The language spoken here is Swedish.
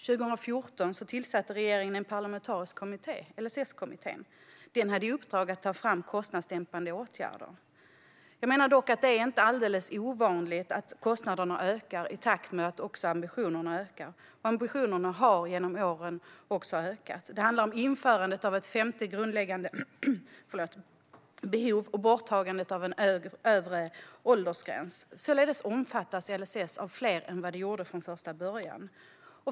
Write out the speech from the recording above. År 2014 tillsatte regeringen en parlamentarisk kommitté, LSS-kommittén, som hade i uppdrag att ta fram förslag om kostnadsdämpande åtgärder. Jag menar dock att det inte är alldeles ovanligt att kostnaderna ökar i takt med att ambitionerna ökar. Ambitionerna har genom åren också ökat. Det handlar om införandet av ett femte grundläggande behov och borttagandet av en övre åldersgräns. Således omfattar LSS fler än från första början.